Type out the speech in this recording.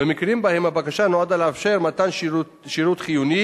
במקרים שבהם הבקשה נועדה לאפשר מתן שירות חיוני